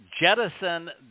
jettison